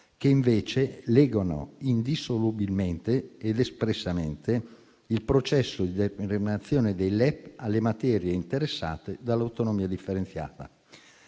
che invece legano indissolubilmente ed espressamente il processo di emanazione dei LEP alle materie interessate dall'autonomia differenziata.